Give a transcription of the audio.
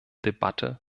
debatte